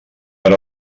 per